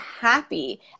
happy